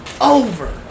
over